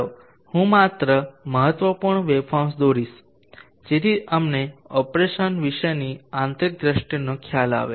ચાલો હું માત્ર મહત્વપૂર્ણ વેવફોર્મ્સ દોરીશ જેથી અમને ઓપરેશન વિશેની આંતરદૃષ્ટિનો ખ્યાલ આવે